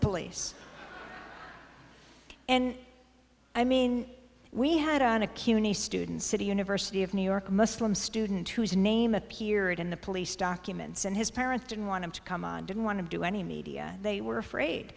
police and i mean we had on a cuny student city university of new york a muslim student whose name appeared in the police documents and his parents didn't want him to come and didn't want to do any media they were afraid